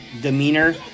demeanor